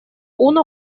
uno